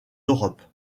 europe